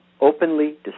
openly